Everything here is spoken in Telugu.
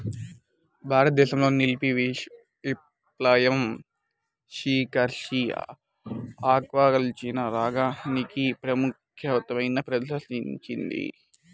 భారతదేశంలోని నీలి విప్లవం ఫిషరీస్ ఆక్వాకల్చర్ రంగానికి ప్రాముఖ్యతను ప్రదర్శించింది